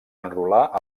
enrolar